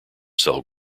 cell